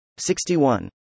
61